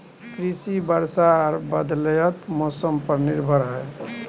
कृषि वर्षा आर बदलयत मौसम पर निर्भर हय